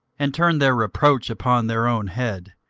and turn their reproach upon their own head,